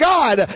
God